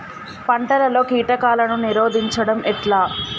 పంటలలో కీటకాలను నిరోధించడం ఎట్లా?